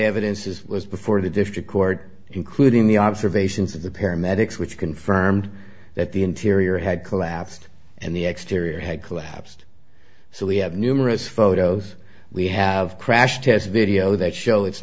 evidence is was before the district court including the observations of the paramedics which confirmed that the interior had collapsed and the exterior had collapsed so we have numerous photos we have crash tests video that show it's